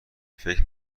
فکر